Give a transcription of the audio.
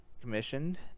commissioned